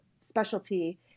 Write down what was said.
specialty